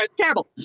terrible